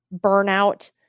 burnout